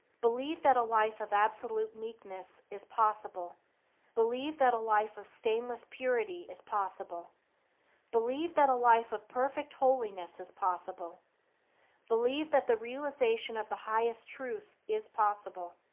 believe that a life of absolute meekness is possible believe that a life of stainless purity is possible believe that a life of perfect holiness is possible believe that the realization of the highest truth is possible.